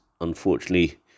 unfortunately